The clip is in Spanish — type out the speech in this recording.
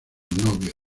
novios